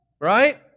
Right